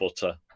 butter